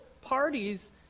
parties